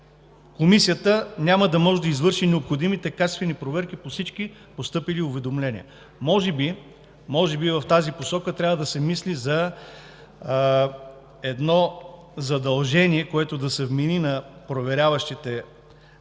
и тя няма да може да извърши необходимите качествени проверки по всички постъпили уведомления. Може би в тази посока трябва да се мисли за задължение, което да се вмени на проверяващите и контролните